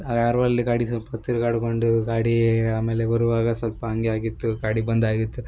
ಯಾರೋ ಅಲ್ಲಿ ಗಾಡಿ ಸ್ವಲ್ಪ ತಿರುಗಾಡ್ಕೊಂಡು ಆಗಿ ಆಮೇಲೆ ಬರುವಾಗ ಸ್ವಲ್ಪ ಹಂಗೆ ಆಗಿತ್ತು ಗಾಡಿ ಬಂದಾಗಿತ್ತು